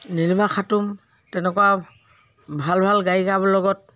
নীলিমা খাতুন তেনেকুৱা ভাল ভাল গায়িকাৰ লগত